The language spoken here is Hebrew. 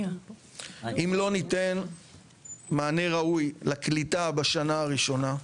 אם לא ניתן מענה ראוי לקליטה בשנה הראשונה,